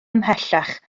ymhellach